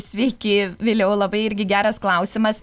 sveiki viliau labai irgi geras klausimas